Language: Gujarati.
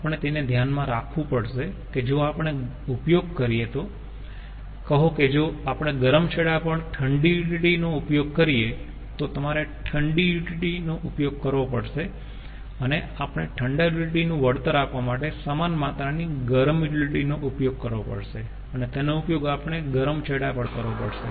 આપણે તેને ધ્યાનમાં રાખવું પડશે કે જો આપણે ઉપયોગ કરીએ તો કહો કે જો આપણે ગરમ છેડા પર ઠંડી યુટીલીટી નો ઉપયોગ કરીયે તો તમારે ઠંડી યુટીલીટી નો ઉપયોગ કરવો પડશે અને આપણે ઠંડા યુટીલીટી utility નું વળતર આપવા માટે સમાન માત્રાની ગરમ યુટીલીટી નો ઉપયોગ કરવો પડશે અને તેનો ઉપયોગ આપણે ગરમ છેડા પર કરવો પડશે